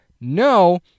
No